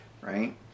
right